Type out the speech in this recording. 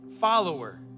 follower